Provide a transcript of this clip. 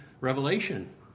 Revelation